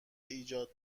ایجاد